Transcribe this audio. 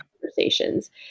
conversations